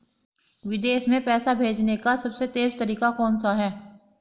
विदेश में पैसा भेजने का सबसे तेज़ तरीका कौनसा है?